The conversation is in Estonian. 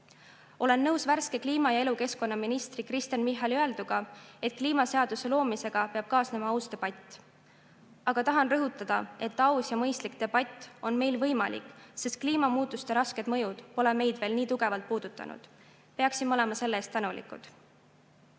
Olen nõus värske kliima‑ ja elukeskkonnaministri Kristen Michali öelduga, et kliimaseaduse loomisega peab kaasnema uus debatt. Aga tahan rõhutada, et aus ja mõistlik debatt on meil võimalik, sest kliimamuutuste rasked mõjud pole meid veel nii tugevalt puudutanud. Peaksime olema selle eest tänulikud.